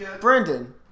Brendan